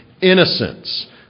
innocence